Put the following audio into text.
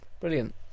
brilliant